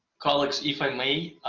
colleagues if i may,